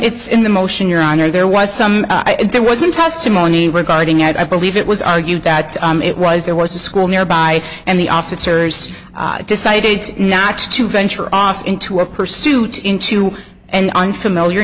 it's in the motion your honor there was some there wasn't testimony regarding i believe it was argued that it was there was a school nearby and the officers decided not to venture off into a pursuit into an unfamiliar